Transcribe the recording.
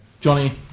Johnny